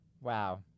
wow